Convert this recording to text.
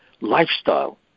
lifestyle